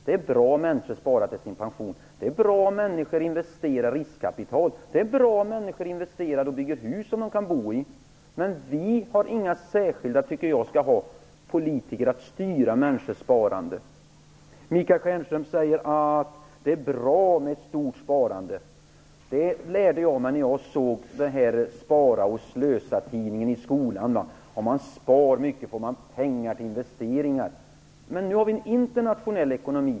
Det är bra om människor sparar till sin pension. Det är bra om människor investerar riskkapital. Det är bra om människor investerar och bygger hus som de kan bo i. Men jag tycker inte att vi politiker skall styra människors sparande. Michael Stjernström säger att det är bra med ett stort sparande. Det lärde jag mig när jag såg tidningen Spara och Slösa i skolan. Om man spar mycket får man pengar till investeringar. Men nu har vi en internationell ekonomi.